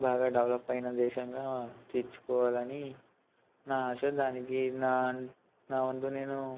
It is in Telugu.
బాగా డెవలప్ అయిన దేశంగా తీర్చుకోవాలని నా ఆశ దానికి నా నా వంతు నేను